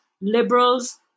liberals